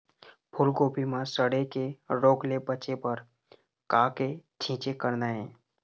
फूलगोभी म सड़े के रोग ले बचे बर का के छींचे करना ये?